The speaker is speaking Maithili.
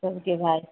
सबके भाइ